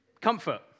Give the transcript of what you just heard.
comfort